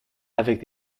avec